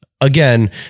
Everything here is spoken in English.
Again